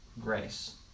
grace